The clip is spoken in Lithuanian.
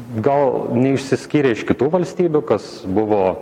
gal neišsiskyrė iš kitų valstybių kas buvo